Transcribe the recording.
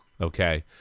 Okay